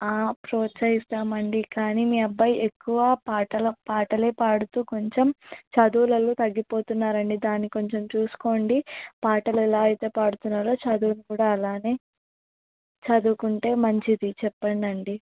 ప్రోత్సహిస్తామండి కానీ మీ అబ్బాయి ఎక్కువ పాటల పాటలే పాడుతూ కొంచెం చదువులల్లో తగ్గిపోతున్నారండి దాన్ని కొంచెం చూసుకోండి పాటలు ఎలా అయితే పాడుతున్నారో చదువు కూడా అలానే చదువుకుంటే మంచిది చెప్పండండి